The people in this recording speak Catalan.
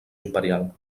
imperial